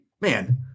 man